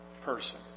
person